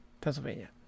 pennsylvania